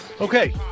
okay